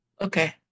Okay